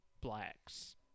blacks